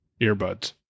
earbuds